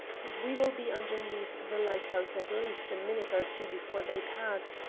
and we will be underneath the lighthouse at least a minute or two before they pass,